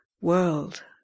world